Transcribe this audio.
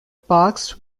parks